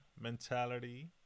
mentality